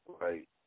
right